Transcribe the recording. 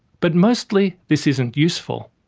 but mostly this isn't useful.